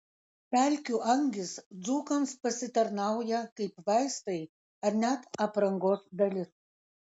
pelkių angys dzūkams pasitarnauja kaip vaistai ar net aprangos dalis